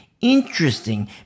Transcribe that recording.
interesting